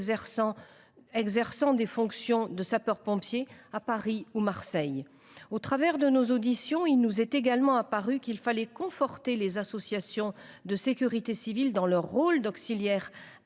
exerçant des fonctions de sapeurs pompiers à Paris et Marseille. Au travers de nos auditions, il nous est également apparu qu’il fallait conforter les associations de sécurité civile dans leur rôle d’auxiliaires